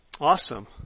Awesome